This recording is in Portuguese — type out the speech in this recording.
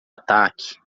ataque